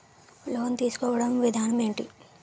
Loan తీసుకోడానికి విధానం ఏంటి?